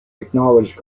acknowledged